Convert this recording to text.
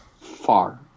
far